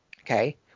okay